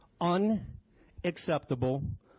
Unacceptable